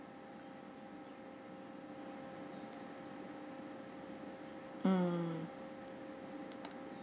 mm